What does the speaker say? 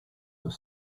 were